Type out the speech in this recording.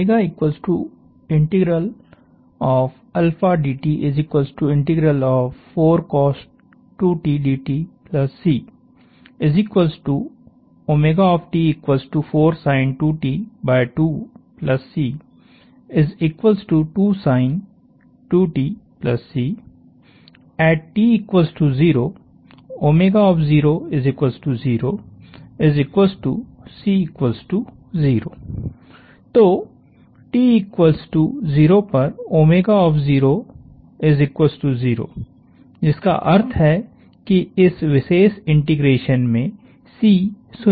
तो t 0 पर 0 जिसका अर्थ है कि इस विशेष इंटीग्रेशन में C शुन्य है